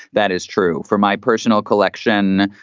that is true for my personal collection.